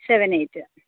seven eight